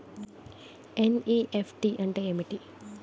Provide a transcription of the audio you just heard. NEFT అంటే ఏమిటి?